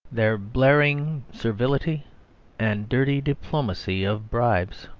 their blaring servility and dirty diplomacy of bribes,